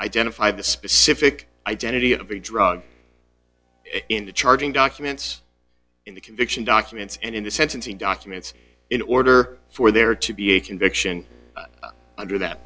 identify the specific identity of the drug in the charging documents in the conviction documents and in the sentencing documents in order for there to be a conviction under that